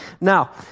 Now